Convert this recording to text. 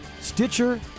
Stitcher